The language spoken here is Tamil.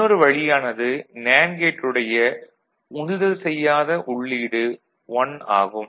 இன்னொரு வழியானது நேண்டு கேட்டுடைய உந்துதல் செய்யாத உள்ளீடு 1 ஆகும்